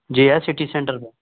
जी है city centre